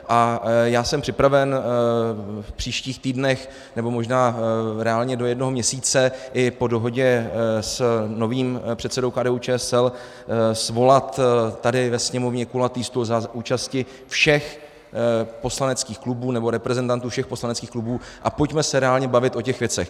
A já jsem připraven v příštích týdnech, nebo možná reálně do jednoho měsíce i po dohodě s novým předsedou KDUČSL svolat tady ve Sněmovně kulatý stůl za účasti všech poslaneckých klubů, nebo reprezentantů všech poslaneckých klubů, a pojďme se reálně bavit o těch věcech.